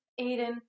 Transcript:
Aiden